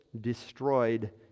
destroyed